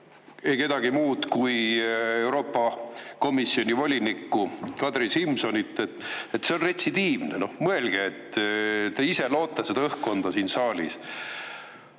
ei kedagi muud kui Euroopa Komisjoni volinikku Kadri Simsonit. See on retsidiivne! Mõelge, et te ise loote seda õhkkonda siin saalis.